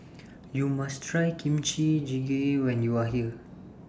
YOU must Try Kimchi Jjigae when YOU Are here